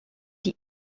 die